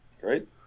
Great